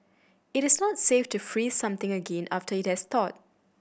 it is not safe to freeze something again after it has thawed